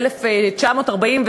ב-1949,